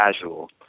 casual